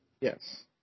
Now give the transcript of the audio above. Yes